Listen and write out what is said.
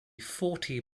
forty